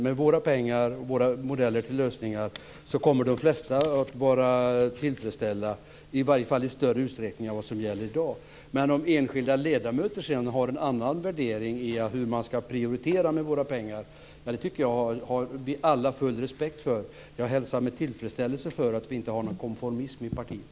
Med våra modeller till lösningar tror jag att de flesta kommer att vara tillfredsställda, i varje fall i större utsträckning än vad som gäller i dag. Men om enskilda ledamöter har en annan värdering av hur man ska prioritera våra pengar har vi alla full respekt för det. Jag hälsar med tillfredsställelse att vi inte har någon konformism i partiet.